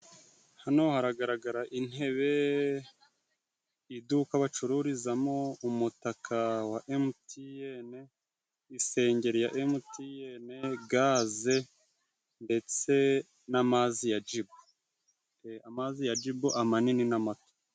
Hano haragaragara intebe, iduka bacururizamo, umutaka wa emutiyene, isengeri ya emutiyene, gaze ndetse n'amazi ya jibu ;amazi ya jibu aminini n'amato.